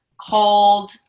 called